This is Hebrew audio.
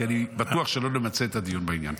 כי אני בטוח שלא נמצה את הדיון בעניין.